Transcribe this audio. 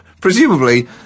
presumably